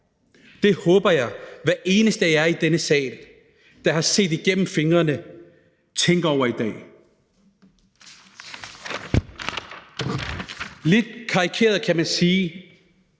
Jeg håber, at hver eneste af jer i denne sal, der har set igennem fingre med det, tænker over i dag. Lidt karikeret kan man sige,